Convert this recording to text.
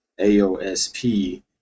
AOSP